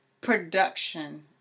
production